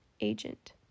agent